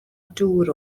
dŵr